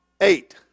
Eight